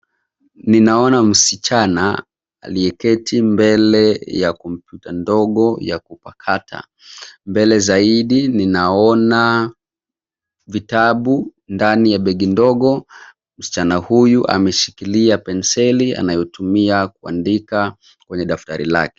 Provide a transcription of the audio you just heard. Ninaona msichana aliyeketi mbele ya kompyuta ndogo ya kupakata. Mbele zaidi ninaona vitabu ndani ya begi ndogo, msichana huyu ameshikilia penseli anayotumia kuandika kwenye daftari lake.